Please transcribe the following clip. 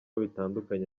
bitandukanye